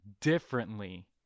differently